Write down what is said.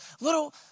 little